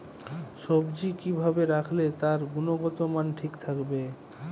সবজি কি ভাবে রাখলে তার গুনগতমান ঠিক থাকবে?